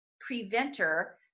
preventer